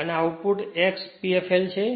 અને output X P fl છે